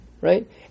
right